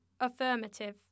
affirmative